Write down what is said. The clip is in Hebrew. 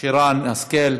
שרן השכל,